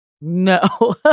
No